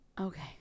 okay